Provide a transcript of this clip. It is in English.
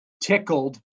tickled